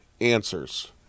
answers